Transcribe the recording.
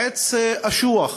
עץ אשוח.